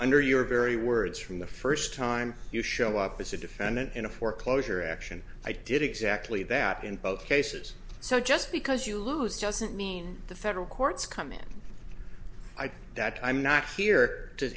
under your very words from the first time you show up as a defendant in a foreclosure action i did exactly that in both cases so just because you lose doesn't mean the federal courts come in that i'm not here to